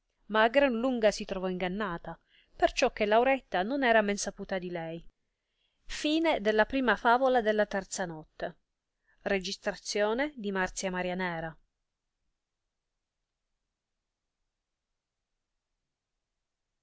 ma a gran lunga si trovò ingannata perciò che lauretta non era men saputa di lei la signora che vedeva che